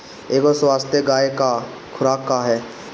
एगो स्वस्थ गाय क खुराक का ह?